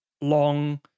long